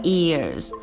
ears